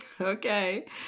Okay